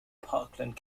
parkland